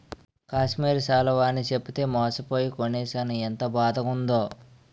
కాశ్మీరి శాలువ అని చెప్పితే మోసపోయి కొనీనాను ఎంత బాదగుందో